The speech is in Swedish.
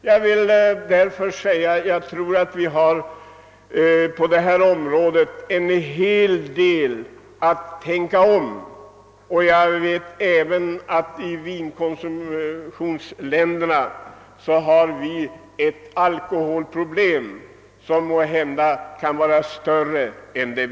Jag tror därför att vi på detta område måste tänka om. Jag vet att man i vinkonsumtionsländerna brottas med ett alkoholproblem som måhända är större än vårt.